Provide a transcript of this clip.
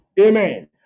Amen